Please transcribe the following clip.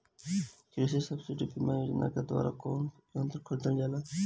कृषि सब्सिडी बीमा योजना के द्वारा कौन कौन यंत्र खरीदल जाला?